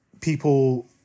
people